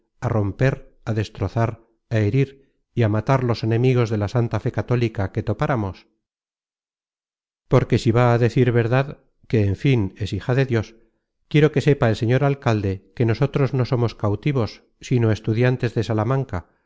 á romper á destrozar á herir y á matar los enemigos de la santa fe católica que topáramos porque si va á decir verdad que en fin es hija de dios quiero que sepa el señor alcalde que nosotros no somos cautivos sino estudiantes de salamanca